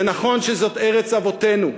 זה נכון שזאת ארץ אבותינו,